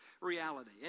reality